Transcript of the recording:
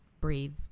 breathe